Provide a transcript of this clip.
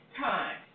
time